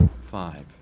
Five